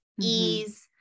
ease